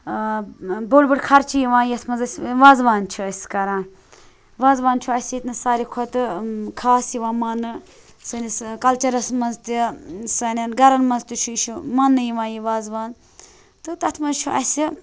بوڑ بوڑ خرچہٕ یِوان یَتھ مَنٛز أسۍ وازوان چھِ أسۍ کَران وازوان چھُ اَسہِ ییتنَس ساروی کھۄتہٕ خاص یِوان ماننہٕ سٲنِس کَلچَرَس مَنٛز تہِ سانٮ۪ن گرَن مَنٛز تہِ چھُ یہِ چھُ ماننہٕ یِوان یہِ وازوان تہٕ تَتھ مَنٛز چھُ اَسہِ